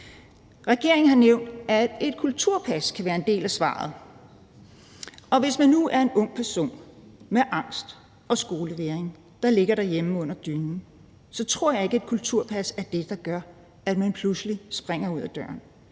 Regeringen har nævnt, at et kulturpas kan være en del af svaret. Og hvis man nu er en ung person, der ligger derhjemme under dynen med angst og skolevægring, tror jeg ikke et kulturpas er det, der gør, at man pludselig springer ud ad døren.